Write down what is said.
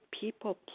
people